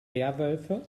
werwölfe